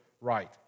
right